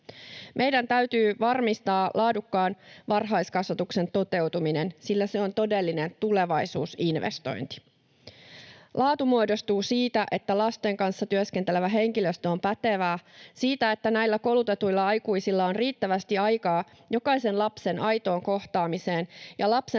Meidän täytyy varmistaa laadukkaan varhaiskasvatuksen toteutuminen, sillä se on todellinen tulevaisuusinvestointi. Laatu muodostuu siitä, että lasten kanssa työskentelevä henkilöstö on pätevää, ja siitä, että näillä koulutetuilla aikuisilla on riittävästi aikaa jokaisen lapsen aitoon kohtaamiseen ja lapsen